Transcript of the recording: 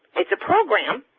it's a program